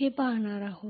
ते पहात आहोत